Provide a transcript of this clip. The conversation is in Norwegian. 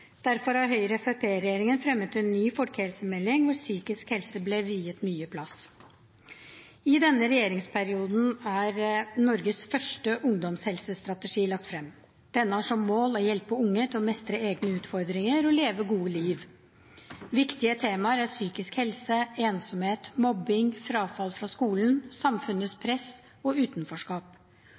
Derfor har Høyre–Fremskrittsparti-regjeringen fremmet en ny folkehelsemelding hvor psykisk helse ble viet mye plass. I denne regjeringsperioden er Norges første ungdomshelsestrategi lagt frem. Denne har som mål å hjelpe unge til å mestre egne utfordringer og leve gode liv. Viktige temaer er psykisk helse, ensomhet, mobbing, frafall fra skolen, samfunnets press og utenforskap.